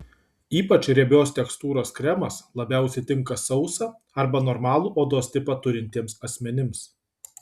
ypač riebios tekstūros kremas labiausiai tinka sausą arba normalų odos tipą turintiems asmenims